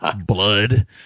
blood